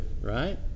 right